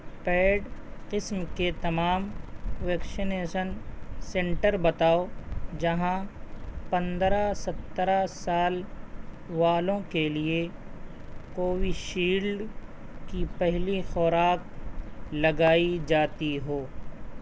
paid قسم کے تمام ویکشینیسن سنٹر بتاؤ جہاں پندرہ سترہ سال والوں کے لیے کوویشیلڈ کی پہلی خوراک لگائی جاتی ہو